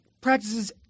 practices